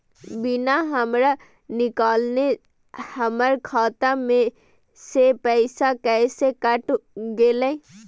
बिना हमरा निकालले, हमर खाता से पैसा कैसे कट गेलई?